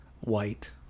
white